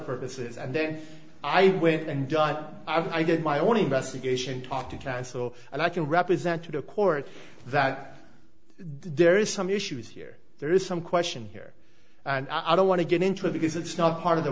purposes and then i went and john i did my own investigation talk to counsel and i can represent to the court that there is some issues here there is some question here and i don't want to get into it because it's not part of the